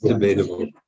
debatable